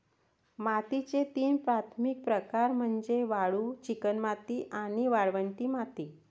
मातीचे तीन प्राथमिक प्रकार म्हणजे वाळू, चिकणमाती आणि वाळवंटी माती